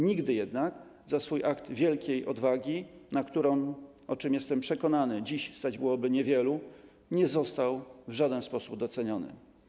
Nigdy jednak za swój akt wielkiej odwagi, na którą, o czym jestem przekonany, dziś stać byłoby niewielu, nie został w żaden sposób doceniony.